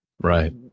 Right